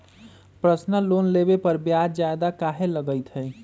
Personal loan लेबे पर ब्याज ज्यादा काहे लागईत है?